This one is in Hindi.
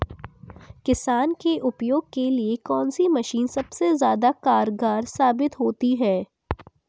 किसान के उपयोग के लिए कौन सी मशीन सबसे ज्यादा कारगर साबित होती है?